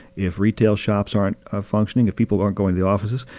if retail shops aren't functioning, if people aren't going to the offices,